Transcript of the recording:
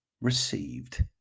received